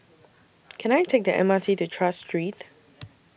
Can I Take The M R T to Tras Street